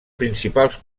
principals